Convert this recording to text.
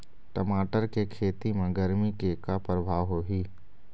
टमाटर के खेती म गरमी के का परभाव होही?